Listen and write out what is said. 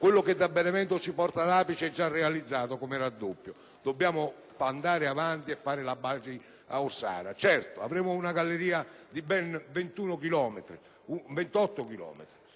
quello che da Benevento ci porta ad Apice è già realizzato come raddoppio, dobbiamo andare avanti e fare la Bari-Orsara. Certo, si prevede di realizzare una galleria di ben 28 chilometri